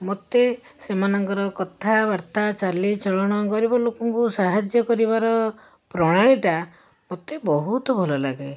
ମୋତେ ସେମାନଙ୍କର କଥାବାର୍ତ୍ତା ଚାଲିଚଳନ ଗରିବ ଲୋକଙ୍କୁ ସାହାଯ୍ୟ କରିବାର ପ୍ରଣାଳୀଟା ମୋତେ ବହୁତ ଭଲ ଲାଗେ